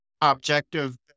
objective